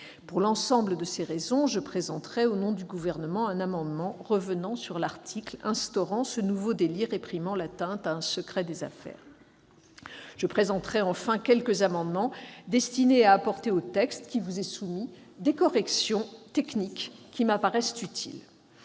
Pour l'ensemble de ces raisons, je présenterai au nom du Gouvernement un amendement revenant sur l'article instaurant ce nouveau délit réprimant l'atteinte à un secret des affaires. Je présenterai également quelques amendements destinés à apporter au texte qui vous est soumis des corrections techniques qui me paraissent utiles.